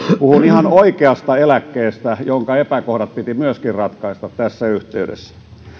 puhun ihan oikeasta eläkkeestä jonka epäkohdat piti myöskin ratkaista tässä yhteydessä